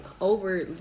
over